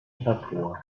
hervor